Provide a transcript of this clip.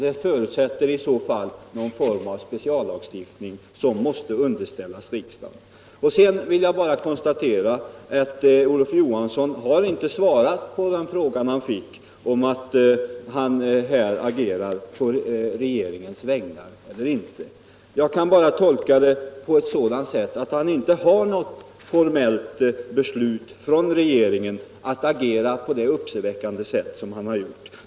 Det förutsätter i så fall någon form av speciallagstiftning som måste underställas riksdagen. Sedan vill jag endast konstatera att Olof Johansson inte har svarat på frågan huruvida han här agerar på regeringens vägnar eller inte. Jag kan bara tolka det så att han inte har något formellt uppdrag från regeringen att agera på det uppseendeväckande sätt som han gjort.